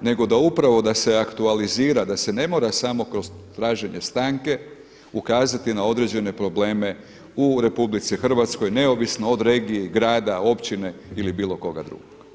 nego da se upravo aktualizira da se ne mora samo kroz traženje stanke ukazati na određene probleme u RH neovisno od regije, grada, općine ili bilo koga drugog.